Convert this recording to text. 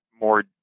more